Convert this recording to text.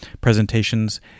presentations